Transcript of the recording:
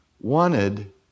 wanted